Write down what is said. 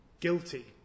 guilty